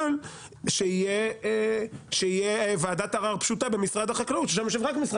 אבל שתהיה ועדת ערר פשוטה במשרד החקלאות ששם יושב רק משרד החקלאות.